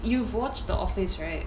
you've watched the office right